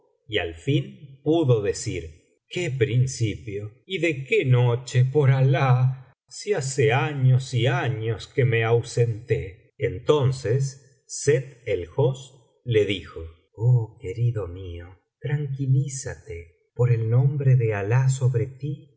y al fin pudo decir qué principio y de qué noche por alah si hace años y años que me ausenté entonces sett el hosn le dijo oh querido mío tranquilízate por el nombre de alah sobre ti